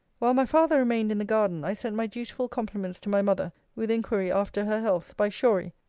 while my father remained in the garden, i sent my dutiful compliments to my mother, with inquiry after her health, by shorey,